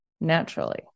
naturally